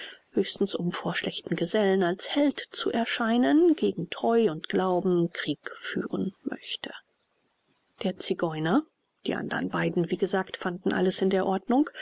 höchstens um vor schlechten gesellen als held zu erscheinen gegen treu und glauben krieg führen möchte der zigeuner die andern beiden wie gesagt fanden alles in der ordnung